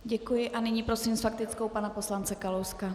Děkuji a nyní prosím s faktickou pana poslance Kalouska.